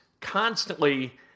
constantly